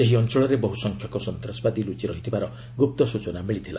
ସେହି ଅଞ୍ଚଳରେ ବହୁ ସଂଖ୍ୟକ ସନ୍ତାସବାଦୀ ଲୁଚି ରହିଥିବାର ଗୁପ୍ତ ସୂଚନା ମିଳିଥିଲା